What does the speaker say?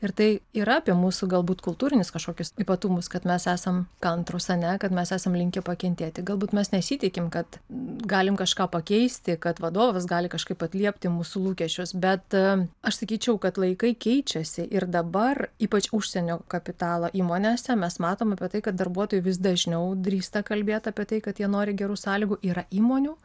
ir tai yra apie mūsų galbūt kultūrinius kažkokius ypatumus kad mes esam kantrūs ar ne kad mes esam linkę pakentėti galbūt mes nesitikim kad galim kažką pakeisti kad vadovas gali kažkaip atliepti mūsų lūkesčius bet aš sakyčiau kad laikai keičiasi ir dabar ypač užsienio kapitalo įmonėse mes matom apie tai kad darbuotojai vis dažniau drįsta kalbėt apie tai kad jie nori gerų sąlygų yra įmonių